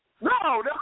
No